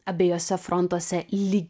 abiejuose frontuose ly